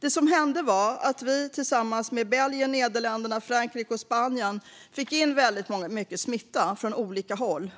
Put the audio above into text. Det som hände var att vi tillsammans med Belgien, Nederländerna, Frankrike och Spanien fick in väldigt mycket smitta från olika håll.